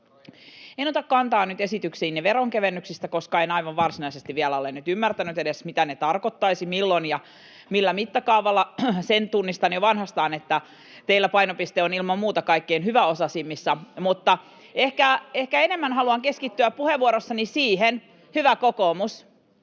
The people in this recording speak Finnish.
En ota kantaa nyt esityksiinne veronkevennyksistä, koska en aivan varsinaisesti vielä ole edes ymmärtänyt, mitä ne tarkoittaisivat, milloin ja millä mittakaavalla. Sen tunnistan jo vanhastaan, että teillä painopiste on ilman muuta kaikkein hyväosaisimmissa. [Välihuutoja kokoomuksen ryhmästä] Ehkä enemmän haluan keskittyä puheenvuorossani siihen, hyvä kokoomus,